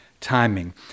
timing